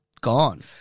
gone